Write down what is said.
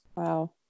Wow